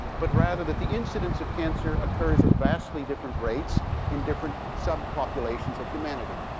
but rather that the incidence of cancer occurs at vastly different rates in different subpopulations of humanity.